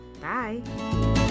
Bye